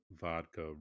vodka